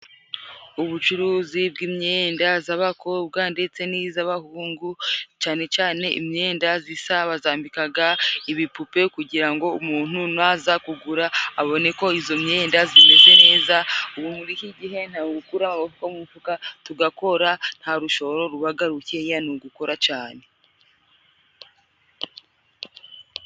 Ubucuruzi bw'imyenda z'abakobwa ndetse n'iz'abahungu，cane cane imyenda zisa bazambikaga ibipupe， kugira ngo umuntu naza kugura， abone ko izo myenda zimeze neza， ubu muri iki gihe ni ugukura amaboko mu mifuka tugakora，nta rushoro rubaga rukeya ni ugukora cane.